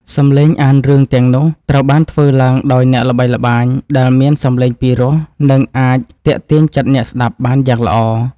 សំឡេងអានរឿងទាំងនោះត្រូវបានធ្វើឡើងដោយអ្នកល្បីល្បាញដែលមានសំឡេងពិរោះ និង អាចទាក់ទាញចិត្តអ្នកស្តាប់បានយ៉ាងល្អ។